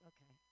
Okay